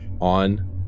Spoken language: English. on